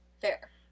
Fair